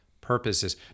purposes